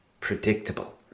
predictable